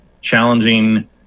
challenging